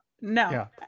no